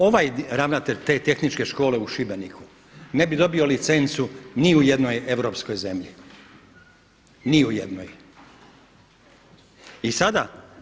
Ovaj ravnatelj te Tehničke škole u Šibeniku ne bi dobio licencu ni u jednoj europskoj zemlji, ni u jednoj.